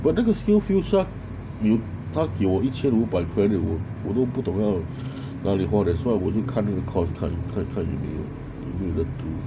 but 那个 skillsfuture 它给我一千五百 credit 我我都不懂要哪里花 that's why 我就看那个 course 看看看